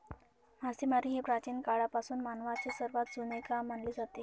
मासेमारी हे प्राचीन काळापासून मानवाचे सर्वात जुने काम मानले जाते